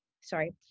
sorry